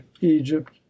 egypt